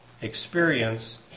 experience